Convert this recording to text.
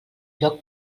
lloc